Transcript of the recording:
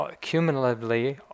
cumulatively